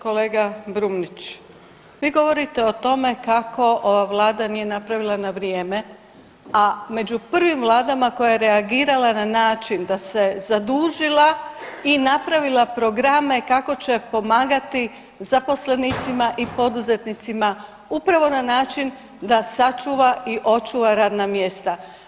Kolega Brumnić vi govorite o tome kako ova Vlada nije napravila na vrijeme, a među prvim vladama koja je reagirala na način da se zadužila i napravila programe kako će pomagati zaposlenicima i poduzetnicima upravo na način da sačuva i očuva radna mjesta.